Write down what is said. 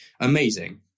Amazing